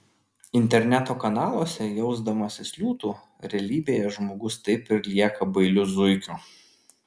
interneto kanaluose jausdamasis liūtu realybėje žmogus taip ir lieka bailiu zuikiu